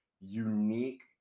unique